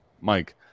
Mike